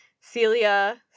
Celia